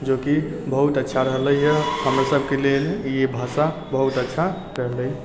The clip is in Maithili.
जोकि बहुत अच्छा रहलै यऽ हमर सबकेँ लेल ई भाषा बहुत अच्छा रहलै